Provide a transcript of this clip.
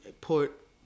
put